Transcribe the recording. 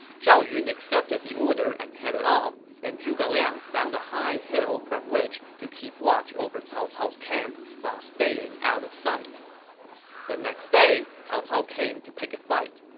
zhao yun accepted the order and headed off, and zhuge liang found a high hill from which to keep watch over cao cao's camp while staying out of sight the next day, cao cao came to pick a fight,